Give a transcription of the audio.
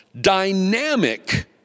dynamic